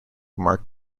mark